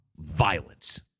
violence